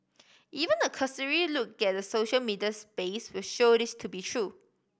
even a cursory look at the social media space will show this to be true